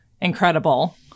Incredible